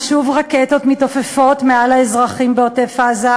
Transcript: ושוב רקטות מתעופפות מעל האזרחים בעוטף-עזה,